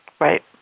Right